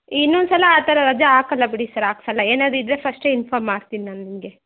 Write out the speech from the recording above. ಇನ್ನೊಂದ್ ಸಲ ಆ ಥರ ರಜೆ ಹಾಕಲ್ಲ ಬಿಡಿ ಸರ್ ಹಾಕ್ಸಲ್ಲ ಏನಾದರೂ ಇದ್ದರೆ ಫಸ್ಟೆ ಇನ್ಫೋರ್ಮ್ ಮಾಡ್ತಿನಿ ನಾನು ನಿಮಗೆ